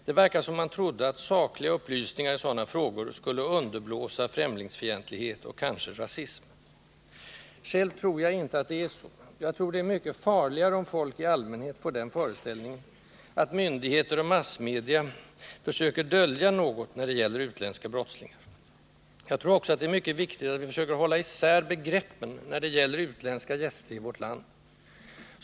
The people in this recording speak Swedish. Det verkar som om man trodde att sakliga upplysningar i sådana frågor skulle underblåsa främlingsfientlighet och kanske rasism. Själv tror jag inte att det är så. Jag tror det är mycket farligare om folk i allmänhet får den föreställningen att myndigheter och massmedia försöker dölja något när det gäller utländska brottslingar. Jag tror också att det är mycket viktigt att vi försöker hålla isär begreppen när det gäller utländska gäster i vårt land.